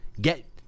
Get